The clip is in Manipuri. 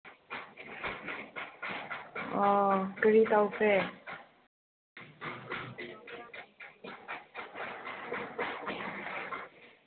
ꯑꯣ ꯀꯔꯤ ꯇꯧꯈ꯭ꯔꯦ